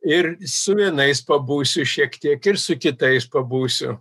ir su vienais pabūsiu šiek tiek ir su kitais pabūsiu